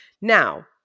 now